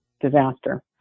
disaster